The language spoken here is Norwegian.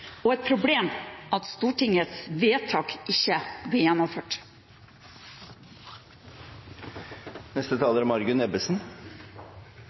og et problem at Stortingets vedtak ikke blir gjennomført.